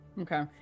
Okay